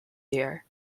year